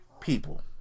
people